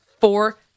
four